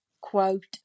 quote